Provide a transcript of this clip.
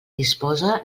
disposa